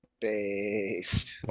Based